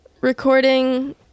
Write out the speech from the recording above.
recording